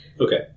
Okay